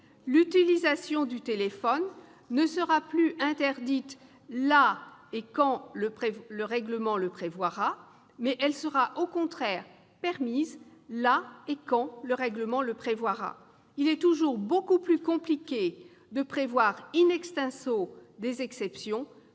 l'utilisation du téléphone ne sera plus interdite où et quand le règlement le prévoira mais sera, au contraire, permise où et quand le règlement le prévoira. Il est toujours beaucoup plus compliqué de prévoir des exceptions